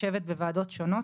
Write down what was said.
יושבת בוועדות שונות,